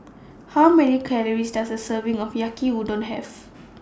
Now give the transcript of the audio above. How Many Calories Does A Serving of Yaki Udon Have